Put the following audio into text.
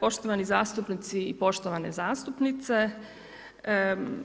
Poštovani zastupnici i poštovane zastupnice,